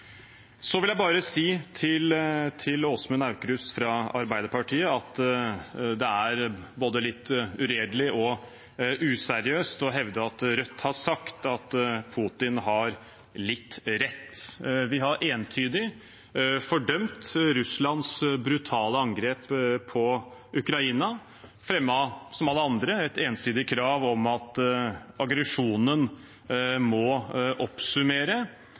Så vil jeg bare si til Åsmund Aukrust fra Arbeiderpartiet at det er både litt uredelig og useriøst å hevde at Rødt har sagt at Putin har litt rett. Vi har entydig fordømt Russlands brutale angrep på Ukraina. Vi fremmet, som alle andre, et ensidig krav om at aggresjonen må